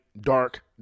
Dark